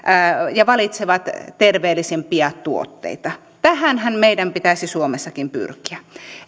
ja valitsevat terveellisempiä tuotteita tähänhän meidän pitäisi suomessakin pyrkiä